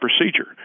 procedure